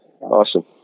Awesome